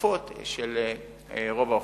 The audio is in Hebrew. וההשקפות של רוב האוכלוסייה.